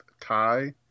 tie